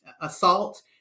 assault